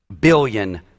billion